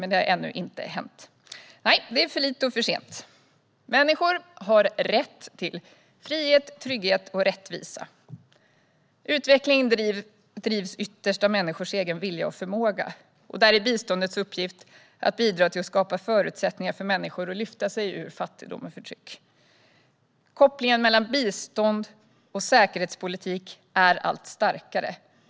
Men det har ännu inte hänt. Det är för lite och för sent. Människor har rätt till frihet, trygghet och rättvisa. Utveckling drivs ytterst av människors egen vilja och förmåga. Där är biståndets uppgift att bidra till att skapa förutsättningar för människor att lyfta sig ur fattigdom och förtryck. Kopplingen mellan bistånd och säkerhetspolitik blir allt starkare.